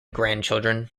grandchildren